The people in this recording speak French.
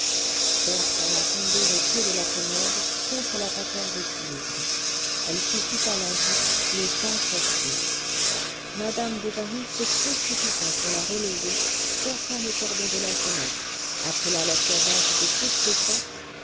berthe alla tomber au pied de la commode contre la patère de cuivre elle s'y coupa la joue le sang sortit madame bovary se précipita pour la relever cassa le cordon de la sonnette appela la servante de toutes ses forces